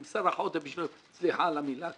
הם סרח עודף בשביל סליחה על המילה,